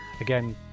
Again